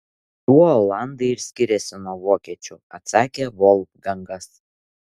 tuo olandai ir skiriasi nuo vokiečių atsakė volfgangas